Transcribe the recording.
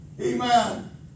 Amen